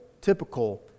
typical